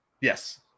yes